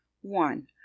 one